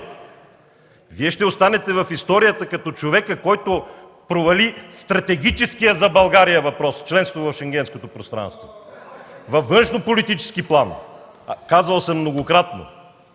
Вие ще останете в историята като човека, който провали стратегическия за България въпрос – членството в Шенгенското пространство. Във външнополитически план – казвал съм го многократно